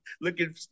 looking